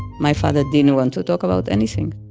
my father didn't want to talk about anything